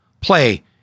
play